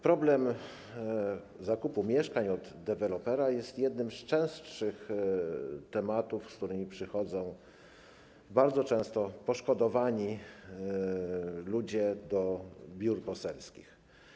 Problem zakupu mieszkań od dewelopera jest jednym z częstszych tematów, z którym przychodzą bardzo często poszkodowani ludzie do biur poselskich.